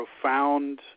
profound